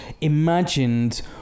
imagined